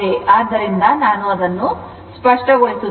ಆದ್ದರಿಂದ ನಾನು ಅದನ್ನು ಸ್ಪಷ್ಟಗೊಳಿಸುತ್ತೇನೆ